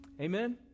Amen